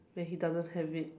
when he doesn't have it